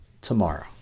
tomorrow